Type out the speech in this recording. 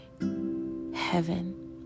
heaven